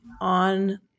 on